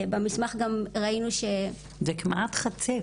במסמך גם ראינו- -- זה כמעט חצי,